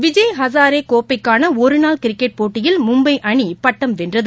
விஜய் ஹசாரேகோப்பைக்கானஒருநாள் கிரிக்கெட் போட்டியில் மும்பைஅணிபட்டம் வென்றது